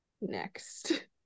next